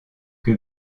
que